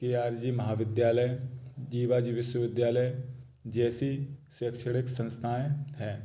के R G महाविद्यालय Jiwaji विश्वविद्यालय जैसी शैक्षणिक संस्थाएँ हैं